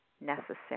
necessary